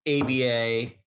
ABA